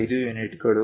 5 ಯೂನಿಟ್ಗಳು